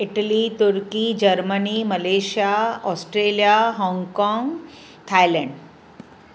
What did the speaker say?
Italy turkey Germany Malaysia Australia Hong Kong Thailand